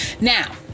Now